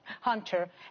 Hunter